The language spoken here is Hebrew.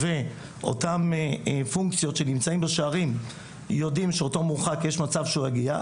ואותן פונקציות שנמצאים בשערים יודעים שאותו מורחק יש מצב שהוא יגיע.